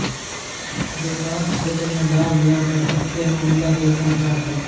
व्यापार क्षेत्र मे लाभ या बढ़त के मामला देखल जा हय